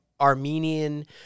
Armenian